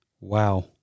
Wow